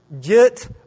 get